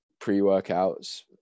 pre-workouts